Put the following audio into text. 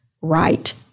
right